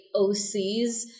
OCs